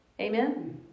Amen